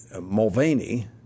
Mulvaney